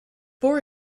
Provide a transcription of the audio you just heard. for